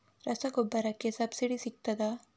ರಸಗೊಬ್ಬರಕ್ಕೆ ಸಬ್ಸಿಡಿ ಸಿಗ್ತದಾ?